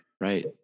right